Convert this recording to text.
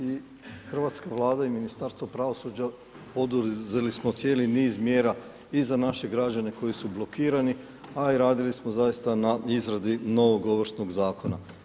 I hrvatska Vlada i Ministarstvo pravosuđa poduzeli smo cijeli niz mjera i za naše građane koji su blokirani, a i radili smo zaista na izradi novog Ovršnog zakona.